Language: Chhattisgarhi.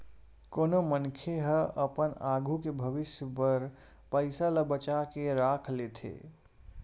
कोनो मनखे ह अपन आघू के भविस्य बर पइसा ल बचा के राख लेथे